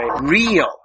real